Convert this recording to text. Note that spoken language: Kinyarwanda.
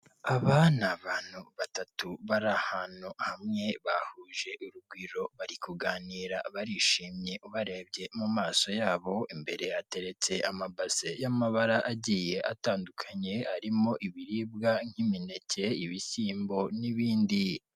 Aba ni abantu batatu bari ahantu hamwe bahuje urugwiro bari kuganira barishimye ubarebye mu maso yabo, imbere hateretse amabase y'amabara agiye atandukanye arimo ibiribwa nk'imineke, ibishyimbo n'ibindi.